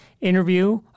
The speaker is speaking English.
interview